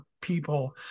people